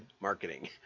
marketing